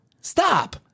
Stop